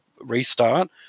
restart